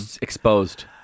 Exposed